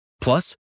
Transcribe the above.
Plus